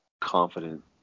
confident